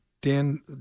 Dan